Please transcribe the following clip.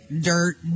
dirt